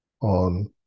on